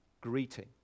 greeting